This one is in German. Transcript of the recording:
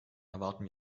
erwarten